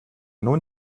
nun